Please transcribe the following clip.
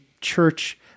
church